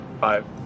five